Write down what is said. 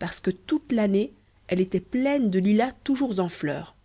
parce que toute l'année elle était pleine de lilas toujours en fleur